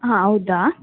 ಹಾಂ ಹೌದಾ